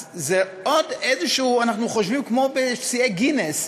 אנחנו חושבים כמו בשיאי גינס: